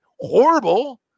horrible